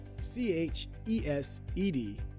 c-h-e-s-e-d